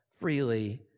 freely